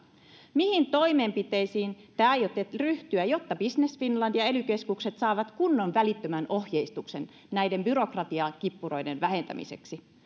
mihin toimenpiteisiin te aiotte ryhtyä jotta business finland ja ely keskukset saavat kunnon välittömän ohjeistuksen näiden byrokratiakippuroiden vähentämiseksi